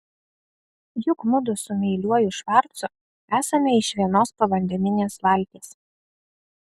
juk mudu su meiliuoju švarcu esame iš vienos povandeninės valties